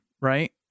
right